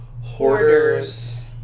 Hoarders